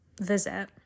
visit